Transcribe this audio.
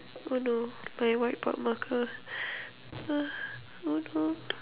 oh no my white board marker ah no no